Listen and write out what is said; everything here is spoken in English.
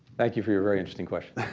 thank you for your very interesting question.